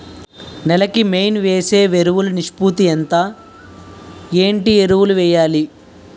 నేల కి మెయిన్ వేసే ఎరువులు నిష్పత్తి ఎంత? ఏంటి ఎరువుల వేయాలి?